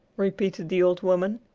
repeated the old woman.